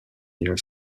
near